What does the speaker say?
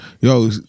Yo